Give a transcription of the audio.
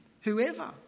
whoever